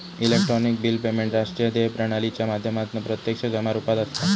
electronic bill payment राष्ट्रीय देय प्रणालीच्या माध्यमातना प्रत्यक्ष जमा रुपात असता